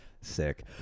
Sick